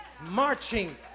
Marching